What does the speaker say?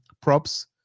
props